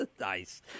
Nice